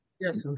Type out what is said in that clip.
Yes